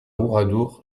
oradour